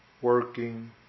working